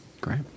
great